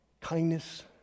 Kindness